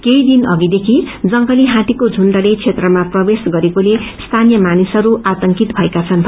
केही दिन अघि देखि जंगली इत्तीको झुण्डले क्षेत्रमा प्रवेश गरेकाले स्थानीय मानिसहरू आतंकित भएका छनू